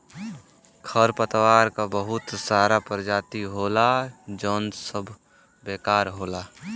खरपतवार क बहुत सारा परजाती होला जौन सब बेकार होला